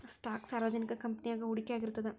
stock ಸಾರ್ವಜನಿಕ ಕಂಪನಿಯಾಗ ಹೂಡಿಕೆಯಾಗಿರ್ತದ